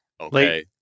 okay